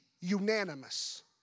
unanimous